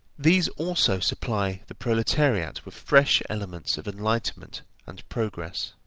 these also supply the proletariat with fresh elements of enlightenment and progress.